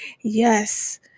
yes